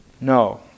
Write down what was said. No